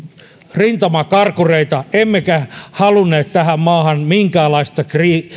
rintamakarkureita emmekä halunneet tähän maahan minkäänlaista